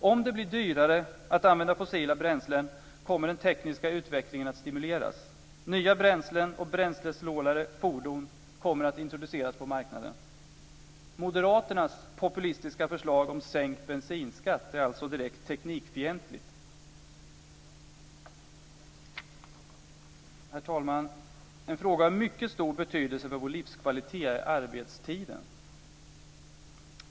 Om det blir dyrare att använda fossila bränslen kommer den tekniska utvecklingen att stimuleras. Nya bränslen och bränslesnålare fordon kommer att introduceras på marknaden. Moderaternas populistiska förslag om sänkt bensinskatt är alltså direkt teknikfientligt. Herr talman! En fråga av mycket stor betydelse för vår livskvalitet är arbetstiden.